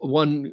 one